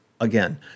again